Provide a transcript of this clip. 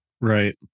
Right